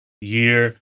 year